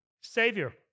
Savior